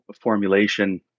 formulation